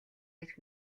эрх